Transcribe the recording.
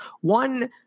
one